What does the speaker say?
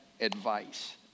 advice